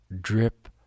drip